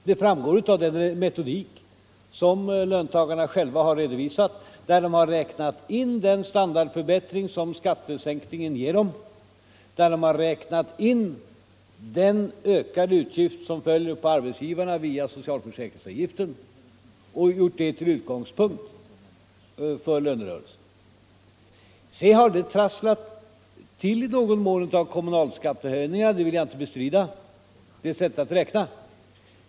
Det framgår av den metodik som löntagarna själva har redovisat. De har räknat in den standardförbättring som skattesänkningen ger dem och den ökade utgift som faller på arbetsgivarna via socialförsäkringsavgiften, och de har tagit detta till utgångspunkt för lönerörelsen. Sedan har det trasslats till i någon mån av kommunalskattehöjningar.